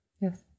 Yes